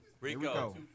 Rico